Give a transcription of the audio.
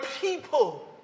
people